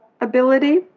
ability